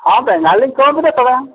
ᱦᱚᱸ ᱵᱮᱸᱜᱟᱲ ᱞᱤᱧ ᱠᱚᱢ ᱮᱫᱟ ᱛᱚᱵᱮ